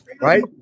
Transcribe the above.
right